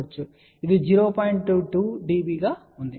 2 dB గా ఉంటుంది